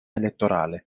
elettorale